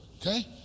Okay